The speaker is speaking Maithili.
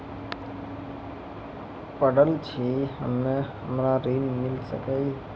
पढल छी हम्मे हमरा ऋण मिल सकई?